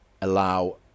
allow